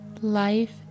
Life